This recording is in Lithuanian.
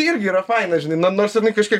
irgi yra faina žinai nu nors jinai kažkiek